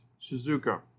...Shizuka